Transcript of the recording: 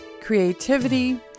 creativity